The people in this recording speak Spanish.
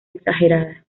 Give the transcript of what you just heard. exagerada